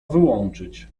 wyłączyć